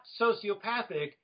sociopathic